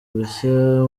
bushya